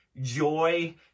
joy